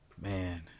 Man